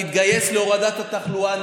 נתגייס להורדת התחלואה,